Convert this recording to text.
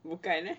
bukan eh